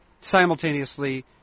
simultaneously